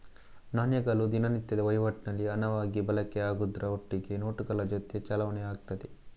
ನಾಣ್ಯಗಳು ದಿನನಿತ್ಯದ ವೈವಾಟಿನಲ್ಲಿ ಹಣವಾಗಿ ಬಳಕೆ ಆಗುದ್ರ ಒಟ್ಟಿಗೆ ನೋಟುಗಳ ಜೊತೆ ಚಲಾವಣೆ ಆಗ್ತದೆ